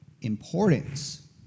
importance